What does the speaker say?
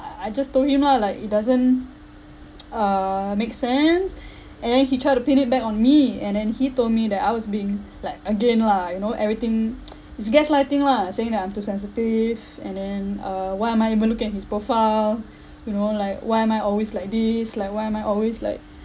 I just told him lah like it doesn't uh make sense and then he try to pin it back on me and then he told me that I was being like again lah you know everything he's gaslighting lah saying that I'm too sensitive and then uh why am I even looking at his profile you know like why am I always like this like why am I always like